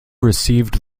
received